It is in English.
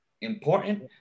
important